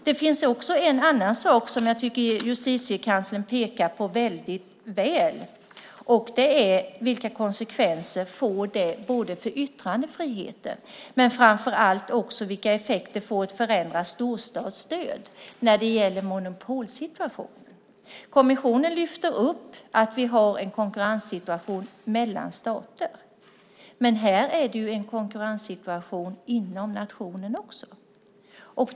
Det finns också en annan sak som jag tycker att Justitiekanslern pekar på väldigt väl, och det är vilka konsekvenser det får för yttrandefriheten men framför allt vilka effekter ett förändrat storstadsstöd får när det gäller monopolsituationen. Kommissionen lyfter upp att vi har en konkurrenssituation mellan stater, men här är det även en konkurrenssituation inom nationen.